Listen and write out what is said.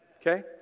okay